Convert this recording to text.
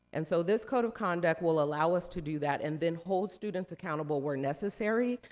and so, this code of conduct will allow us to do that, and then hold students accountable where necessary,